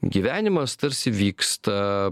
gyvenimas tarsi vyksta